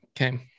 Okay